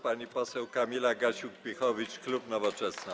Pani poseł Kamila Gasiuk-Pihowicz, klub Nowoczesna.